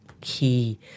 key